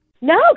No